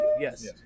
Yes